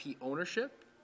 ownership